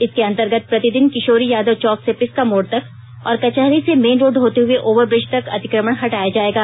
इसके अंतर्गत प्रतिदिन किशोरी यादव चौक से पिस्का मोड़ तक और कचहरी से मेन रोड होते हए ओवर ब्रिज तक अतिकमण हटाया जायेगा